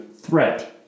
threat